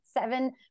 seven